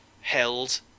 held